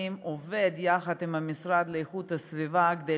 עובד יחד עם המשרד להגנת הסביבה כדי